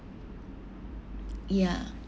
ya